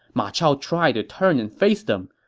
ma chao tried to turn and face them,